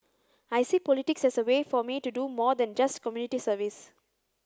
I see politics as a way for me to do more than just community service